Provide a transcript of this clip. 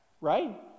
right